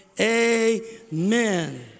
amen